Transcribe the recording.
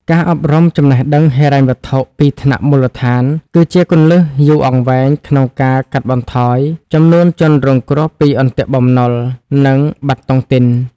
ការអប់រំចំណេះដឹងហិរញ្ញវត្ថុពីថ្នាក់មូលដ្ឋាន គឺជាគន្លឹះយូរអង្វែងក្នុងការកាត់បន្ថយចំនួនជនរងគ្រោះពី "អន្ទាក់បំណុល" និង "បាត់តុងទីន"។